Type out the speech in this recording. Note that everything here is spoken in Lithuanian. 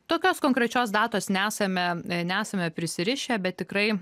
tokios konkrečios datos nesame nesame prisirišę bet tikrai